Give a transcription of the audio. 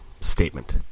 statement